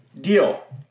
deal